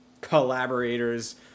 collaborators